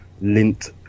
lint